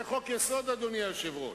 זה חוק-יסוד, אדוני היושב-ראש.